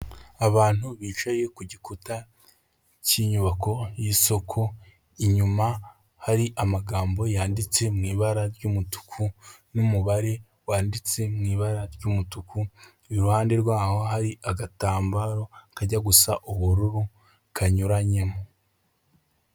Abantu bicaye ku gikuta cy'inyubako y'isoko, inyuma hari amagambo yanditse mw' ibara ry'umutuku, n'umubare wanditse mw'i ibara ry'umutuku, iruhande rwaho hari agatambaro kajya gusa ubururu kanyuranyemo.